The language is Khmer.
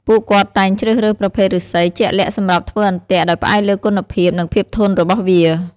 ពួកគាត់តែងជ្រើសរើសប្រភេទឫស្សីជាក់លាក់សម្រាប់ធ្វើអន្ទាក់ដោយផ្អែកលើគុណភាពនិងភាពធន់របស់វា។